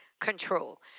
control